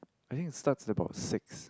I think it start about six